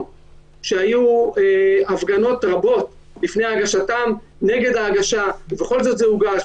שהיו הפגנות רבות לפני הגשתם נגד ההגשה ובכל זאת זה הוגש,